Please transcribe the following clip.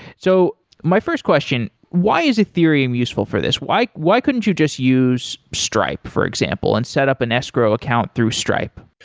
so my first question, why is ethereum useful for this? why why couldn't you just use stripe for example and setup an escrow account through stripe?